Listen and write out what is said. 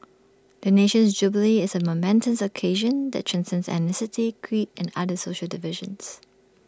the nation's jubilee is A momentous occasion that transcends ethnicity creed and other social divisions